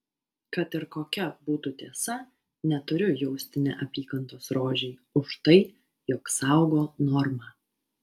kad ir kokia būtų tiesa neturiu jausti neapykantos rožei už tai jog saugo normą